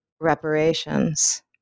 reparations